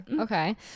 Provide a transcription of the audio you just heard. okay